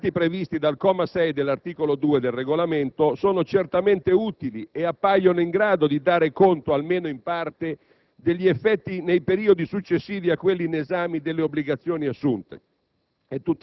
Gli allegati previsti dal comma 6 dell'articolo 2 del Regolamento sono certamente utili e appaiono in grado di dare conto, almeno in parte, degli effetti, nei periodi successivi a quelli in esame, delle obbligazioni assunte.